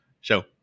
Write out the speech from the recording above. Show